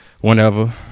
Whenever